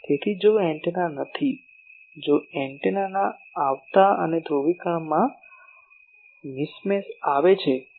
તેથી જો એન્ટેના નથી જો એન્ટેનાના આવતા અને ધ્રુવીકરણમાં ધ્રુવીકરણમાં મિસ મેચ આવે છે